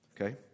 okay